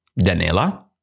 Danila